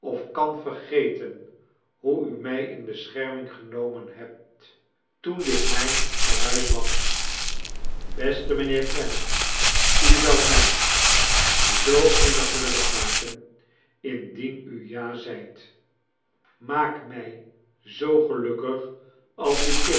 kan vergeten hoe u mij in bescherming genomen hebt toen dit m ij n tehui was beste mijnheer clennam u zoudt mij zoo innig gelukkig maken indien u ja zeidet maak mij zoo gelukkig als